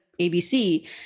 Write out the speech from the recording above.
ABC